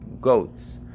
goats